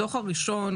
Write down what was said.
הדוח הראשון,